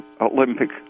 Olympic